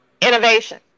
Innovation